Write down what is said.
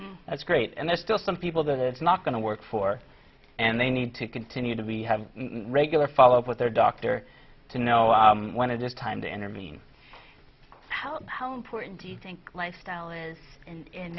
s that's great and there's still some people that it's not going to work for and they need to continue to be have regular follow up with their doctor to know when it is time to intervene how how important do you think lifestyle is in